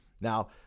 now